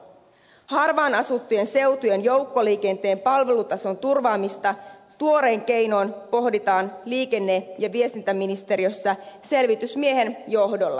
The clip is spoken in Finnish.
harvaan asuttujen seutujen joukkoliikenteen palvelutason turvaamista tuorein keinoin pohditaan liikenne ja viestintäministeriössä selvitysmiehen johdolla